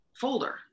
folder